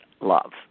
love